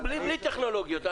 בלי טכנולוגיות.